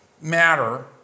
matter